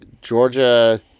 Georgia